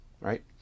right